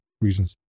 reasons